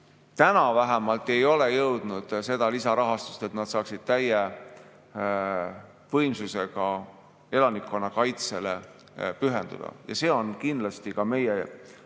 täna vähemalt ei ole jõudnud seda lisarahastust, et nad saaksid täie võimsusega elanikkonnakaitsele pühenduda. See on kindlasti ka meie